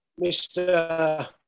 Mr